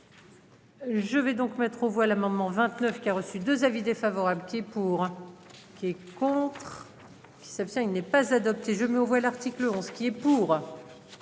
Je vais donc mettre aux voix l'amendement 29 qui a reçu 2 avis défavorables pied pour qui est contre qui s'abstient. Il n'est pas adopté, je mets aux voix l'article 11 qui est pour.